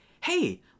Hey